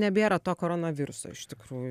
nebėra to koronaviruso iš tikrųjų